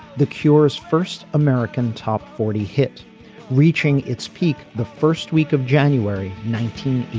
the cure's first american top forty hit reaching its peak the first week of january nineteen.